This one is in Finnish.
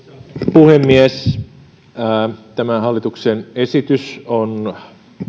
puhemies tämä hallituksen esitys on